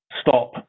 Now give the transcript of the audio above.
stop